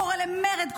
קורא למרד,